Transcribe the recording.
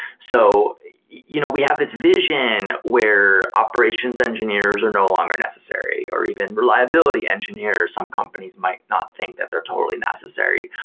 so you know we have this vision where operations engineers are no longer necessary or even reliability engineers. some companies might not think that they're totally necessary,